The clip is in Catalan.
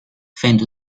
fent